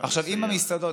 נא לסיים.